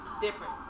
Difference